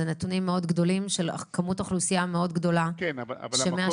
זה נתונים מאוד גדולים של כמות אוכלוסייה מאוד גדולה שמעשנת.